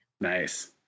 Nice